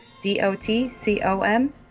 d-o-t-c-o-m